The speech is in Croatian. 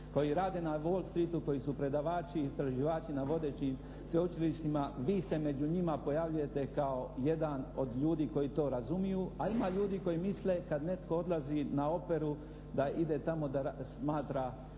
koji rade na Wall Streetu, koji su predavači i istraživači na vodećim sveučilištima vi se među njima pojavljujete kao jedan od ljudi koji to razumiju, a ima ljudi koji misle kad netko odlazi na operu da ide tamo da smatra